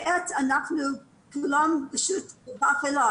כעת אנחנו כולנו פשוט באפלה,